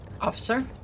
Officer